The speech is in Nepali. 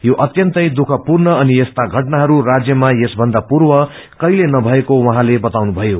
यो अत्यन्तै दुःखपूर्ण अनि यस्ता घटनाहरू राज्यमा यसमन्दा पूर्व कहिल्यै नमएको उहाँले बताउनुमयो